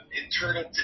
internal